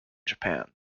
japan